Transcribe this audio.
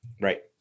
right